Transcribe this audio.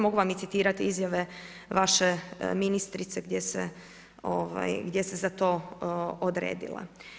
Mogu vam i citirati izjave vaše ministrice gdje se za to odredila.